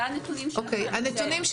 זה הנתונים שלכם.